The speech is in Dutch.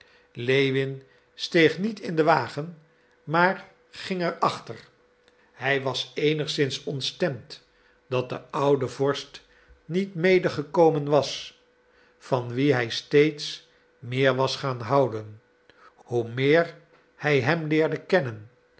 lewin steeg niet in den wagen maar ging er achter hij was eenigszins ontstemd dat de oude vorst niet medegekomen was van wien hij steeds meer was gaan houden hoe meer hij hem leerde kennen